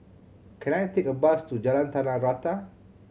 can I take a bus to Jalan Tanah Rata